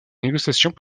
négociations